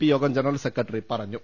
P യോഗം general secretary പറഞ്ഞു